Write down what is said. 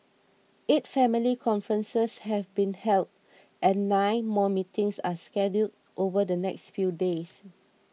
eight family conferences have been held and nine more meetings are scheduled over the next few days